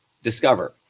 Discover